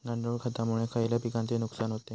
गांडूळ खतामुळे खयल्या पिकांचे नुकसान होते?